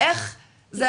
איך זה מגיע?